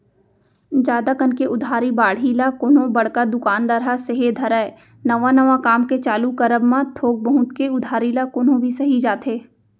जादा कन के उधारी बाड़ही ल कोनो बड़का दुकानदार ह सेहे धरय नवा नवा काम के चालू करब म थोक बहुत के उधारी ल कोनो भी सहि जाथे